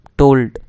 told